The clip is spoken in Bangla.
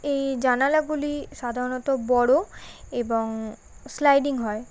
এই জানালাগুলি সাধারণত বড় এবং স্লাইডিং হয়